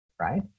right